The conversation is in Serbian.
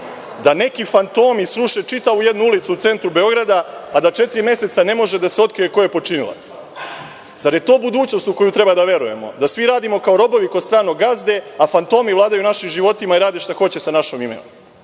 da neki fantomi sruše čitavu jednu ulicu u centru Beograda, a da četiri meseca ne može da se otkrije ko je počinilac? Zar je to budućnost u koju treba da verujemo? Da svi radimo kao robovi kod stranog gazde a fantomi vladaju našim životima i rade šta hoće sa našom